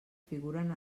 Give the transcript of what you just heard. figuren